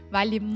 Vale